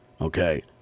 okay